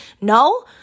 No